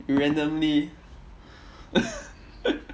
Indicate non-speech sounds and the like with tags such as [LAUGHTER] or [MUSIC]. we randomly [LAUGHS]